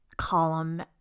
column